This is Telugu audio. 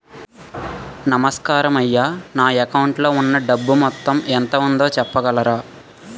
నమస్కారం అయ్యా నా అకౌంట్ లో ఉన్నా డబ్బు మొత్తం ఎంత ఉందో చెప్పగలరా?